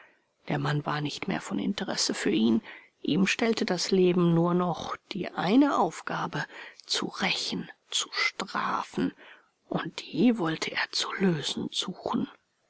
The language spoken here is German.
der mann war nicht mehr von interesse für ihn ihm stellte das leben nur noch die eine aufgabe zu rächen zu strafen und die wollte er zu lösen suchen